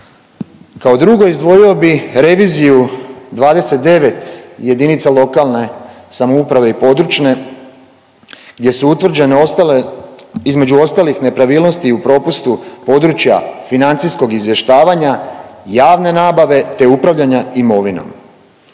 Kao drugo izdvojio bih reviziju 29 jedinica lokalne samouprave i područne gdje su utvrđene i ostale, između ostalih nepravilnosti u propustu područja financijskog izvještavanja javne nabave te upravljanja imovinom.